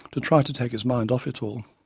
to try to take his mind off it all.